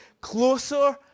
closer